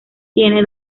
tiene